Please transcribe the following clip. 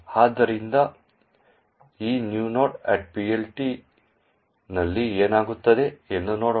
ಆದ್ದರಿಂದ ಈ new nodePLT ನಲ್ಲಿ ಏನಾಗುತ್ತದೆ ಎಂದು ನೋಡೋಣ